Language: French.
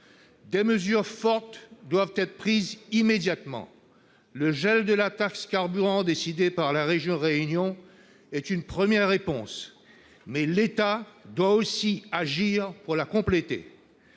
Des mesures fortes doivent être prises immédiatement. Le gel de la taxe sur le carburant décidé par la région de la Réunion est une première réponse, mais l'État doit aussi agir et la compléter.